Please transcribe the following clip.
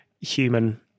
human